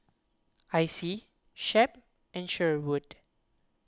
Icey Shep and Sherwood